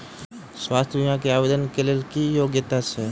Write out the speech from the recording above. स्वास्थ्य बीमा केँ आवेदन कऽ लेल की योग्यता छै?